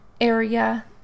area